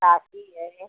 काशी है